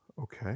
Okay